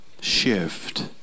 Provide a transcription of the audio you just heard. shift